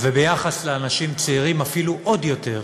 וביחס לאנשים צעירים אפילו עוד יותר.